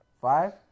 Five